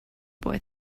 boy